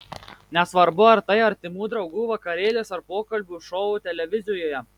nesvarbu ar tai artimų draugų vakarėlis ar pokalbių šou televizijoje